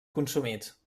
consumits